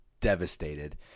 devastated